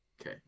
Okay